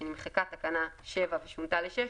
כשנמחקה תקנה 7 ושונתה ל-6,